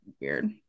weird